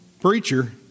preacher